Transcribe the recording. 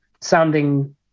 sounding